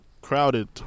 crowded